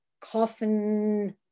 Coffin